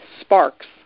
sparks